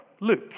Luke